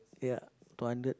ya two hundred